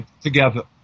together